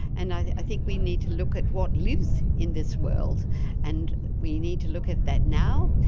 and i think we need to look at what lives in this world and we need to look at that now.